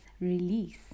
release